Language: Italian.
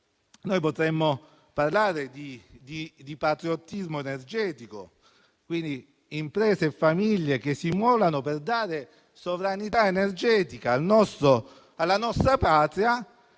Noi potremmo parlare di patriottismo energetico: imprese e famiglie che si immolano per dare sovranità energetica alla nostra Patria.